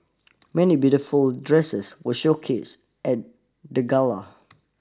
many beautiful dresses were showcase at the gala